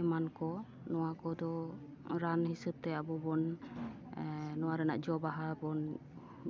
ᱮᱢᱟᱱ ᱠᱚ ᱱᱚᱣᱟ ᱠᱚᱫᱚ ᱨᱟᱱ ᱦᱤᱥᱟᱹᱵ ᱛᱮ ᱟᱵᱚ ᱵᱚᱱ ᱱᱚᱣᱟ ᱨᱮᱱᱟᱜ ᱡᱚᱼᱵᱟᱦᱟ ᱵᱚᱱ